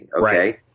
Okay